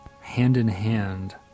hand-in-hand